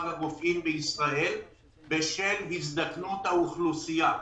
הרופאים בישראל בשל הזדקנות האוכלוסייה.